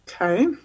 Okay